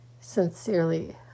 sincerely